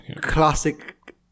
classic